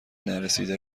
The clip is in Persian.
نرسیده